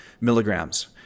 milligrams